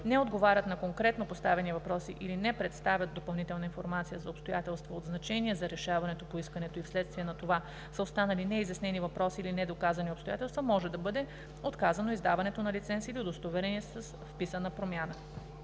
не отговорят на конкретно поставени въпроси или не представят допълнителна информация за обстоятелства от значение за решението по искането и вследствие на това са останали неизяснени въпроси или недоказани обстоятелства, може да бъде отказано издаването на лиценз или удостоверение с вписана промяна.“